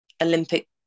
Olympic